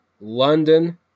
London